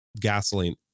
gasoline